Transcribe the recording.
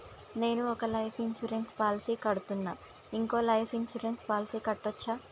నేను ఒక life insurance policy కడ్తున్నా, ఇంకో లైఫ్ ఇన్సూరెన్స్ పాలసీ కట్టొచ్చా?